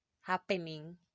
happening